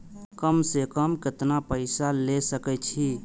कम से कम केतना पैसा ले सके छी?